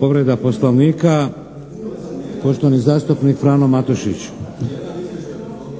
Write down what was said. Povreda Poslovnika, poštovani zastupnik Frano Matušić. **Matušić, Frano